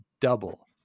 double